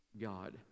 God